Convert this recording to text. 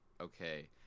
okay